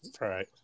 right